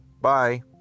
Bye